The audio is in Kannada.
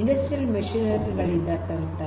ಇಂಡಸ್ಟ್ರಿಯಲ್ ಮಷಿನರಿ ಗಳಿಂದ ತರುತ್ತವೆ